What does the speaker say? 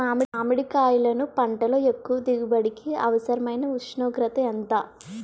మామిడికాయలును పంటలో ఎక్కువ దిగుబడికి అవసరమైన ఉష్ణోగ్రత ఎంత?